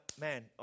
man